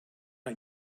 not